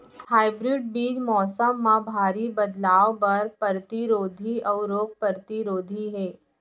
hybrid बीज मौसम मा भारी बदलाव बर परतिरोधी अऊ रोग परतिरोधी हे